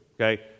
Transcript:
okay